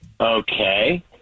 Okay